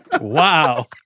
Wow